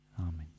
Amen